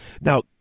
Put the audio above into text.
Now